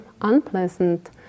unpleasant